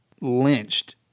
lynched